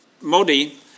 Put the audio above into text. Modi